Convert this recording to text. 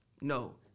No